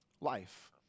life